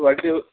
வட்டி